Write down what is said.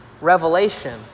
Revelation